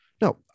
No